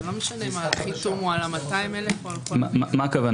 זה לא משנה אם החיתום הוא על ה-200,000 או על כל --- מה הכוונה?